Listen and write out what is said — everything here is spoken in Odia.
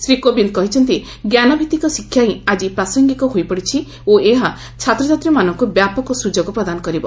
ଶ୍ରୀ କୋବିନ୍ଦ କହିଛନ୍ତି ଜ୍ଞାନଭିତ୍ତିକ ଶିକ୍ଷା ହିଁ ଆଜି ପ୍ରାସଙ୍ଗିକ ହୋଇପଡିଛି ଓ ଏହା ଛାତ୍ରଛାତ୍ରୀମାନଙ୍କୁ ବ୍ୟାପକ ସୁଯୋଗ ପ୍ରଦାନ କରିବ